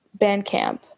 Bandcamp